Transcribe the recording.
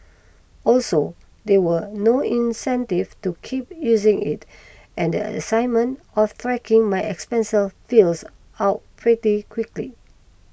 also there were no incentive to keep using it and a excitement of tracking my expense fizzles out pretty quickly